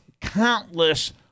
countless